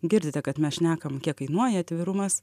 girdite kad mes šnekam kiek kainuoja atvirumas